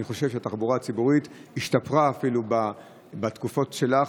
ואני חושב שהתחבורה הציבורית השתפרה אפילו בתקופות שלך,